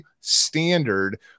standard